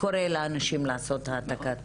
שקורא לאנשים לעשות העתקת מקום.